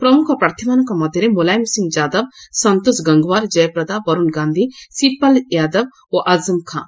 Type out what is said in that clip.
ପ୍ରମୁଖ ପ୍ରାର୍ଥୀମାନଙ୍କ ମଧ୍ୟରେ ମୁଲାୟମ ସିଂ ୟାଦବ ସନ୍ତୋଷ ଗଙ୍ଗୱାର ଜୟପ୍ରଦା ବରୁଣ ଗାନ୍ଧୀ ଶିବପାଲ ୟାଦବ ଓ ଆଜମ ଖାଁ